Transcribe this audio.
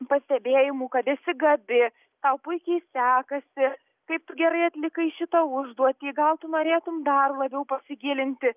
pastebėjimų kad esi gabi tau puikiai sekasi kaip gerai atlikai šitą užduotį gal tu norėtum dar labiau pasigilinti